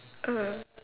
uh